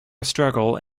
struggle